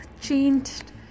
changed